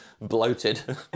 bloated